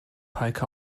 heike